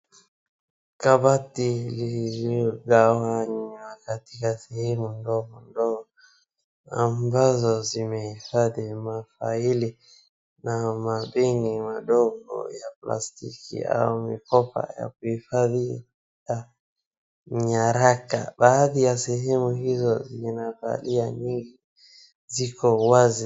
Kabati iliyogawanywa katika sehemu ndogo ndogo ambazo zimehifadhi mafaili na mabegi madogo ya plastiki au mikoba ya kuhifadhi. Baadhi ya sehemu hizo ziko wazi.